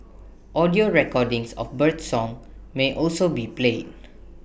audio recordings of birdsong may also be played